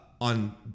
on